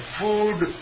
food